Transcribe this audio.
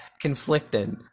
conflicted